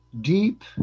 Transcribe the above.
deep